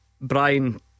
Brian